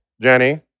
Jenny